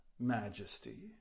Majesty